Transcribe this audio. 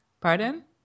Pardon